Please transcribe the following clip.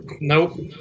Nope